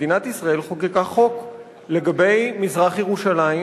מדינת ישראל חוקקה חוק לגבי מזרח-ירושלים,